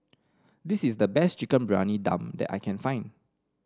this is the best Chicken Briyani Dum that I can find